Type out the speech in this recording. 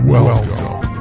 Welcome